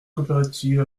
coopérative